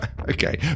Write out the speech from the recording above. Okay